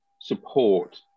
support